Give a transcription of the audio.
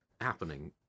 happening